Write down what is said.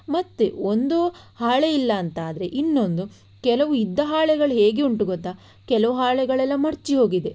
ಮತ್ತೆ ಒಂದು ಹಾಳೆ ಇಲ್ಲ ಅಂತಾದರೆ ಇನ್ನೊಂದು ಕೆಲವು ಇದ್ದ ಹಾಳೆಗಳು ಹೇಗೆ ಉಂಟು ಗೊತ್ತಾ ಕೆಲವು ಹಾಳೆಗಳೆಲ್ಲ ಮಡಚಿ ಹೋಗಿದೆ